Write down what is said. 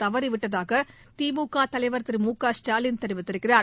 தவறிவிட்டதாக திமுக தலைவர் மு க ஸ்டாலின் தெரிவித்திருக்கிறார்